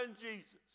Jesus